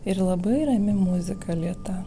ir labai rami muzika lėta